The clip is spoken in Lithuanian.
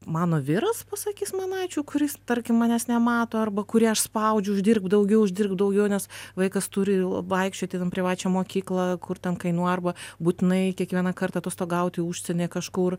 mano viras pasakys man ačiū kuris tarkim manęs nemato arba kurį aš spaudžiu uždirbk daugiau uždirbk daugiau nes vaikas turi vaikščiot ten į privačią mokyklą kur ten kainuoja arba būtinai kiekvieną kartą atostogauti užsienyje kažkur